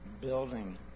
building